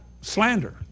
slander